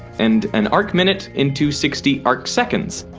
and an arcminute into sixty arcseconds.